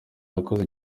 nakoze